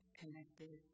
connected